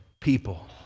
people